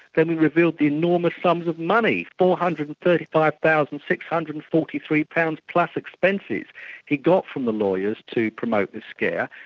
then we revealed the enormous sums of money, four hundred and thirty five thousand six hundred and forty three pounds, plus expenses he'd got from the lawyers to promote the scare,